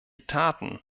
taten